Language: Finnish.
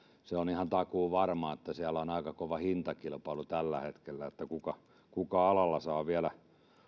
se on ihan takuuvarmaa että siellä on aika kova hintakilpailu tällä hetkellä siinä kuka alalla saa vielä